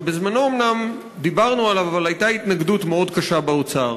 שבזמנו אומנם דיברנו עליו אבל הייתה התנגדות מאוד קשה באוצר,